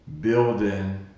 building